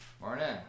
Morning